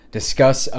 discuss